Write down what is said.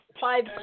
five